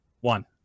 one